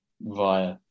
via